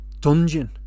dungeon